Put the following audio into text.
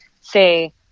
say